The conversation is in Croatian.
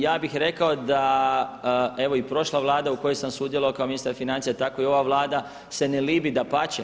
Ja bih rekao da evo i prošla Vlada u kojoj sam sudjelovao kao ministar financija tako i ova Vlada se ne libi, dapače.